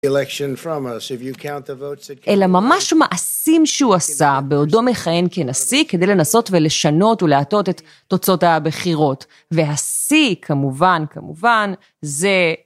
אלה ממש מעשים שהוא עשה בעודו מכהן כנשיא כדי לנסות ולשנות ולעטות את תוצאות הבחירות. והשיא כמובן, כמובן, זה...